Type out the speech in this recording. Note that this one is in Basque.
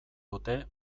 dute